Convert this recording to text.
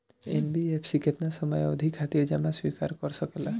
NBFC केतना समयावधि खातिर जमा स्वीकार कर सकला?